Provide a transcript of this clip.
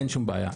אין שום בעיה.